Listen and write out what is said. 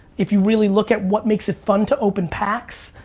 if you really look at what makes it fun to open packs,